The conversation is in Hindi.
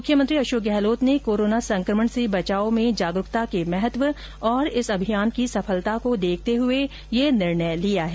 मुख्यमंत्री अशोक गहलोत ने कोरोना संक्रमण से बचाव में जागरूकता के महत्व और इस अभियान की सफलता को देखते हुए यह निर्णय लिया है